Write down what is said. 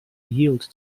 yield